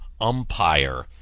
umpire